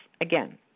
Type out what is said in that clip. Again